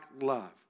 love